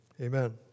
Amen